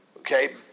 Okay